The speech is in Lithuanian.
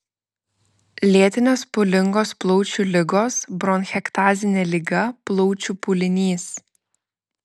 lėtinės pūlingos plaučių ligos bronchektazinė liga plaučių pūlinys